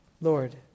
Lord